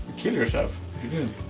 killed yourself if you didn't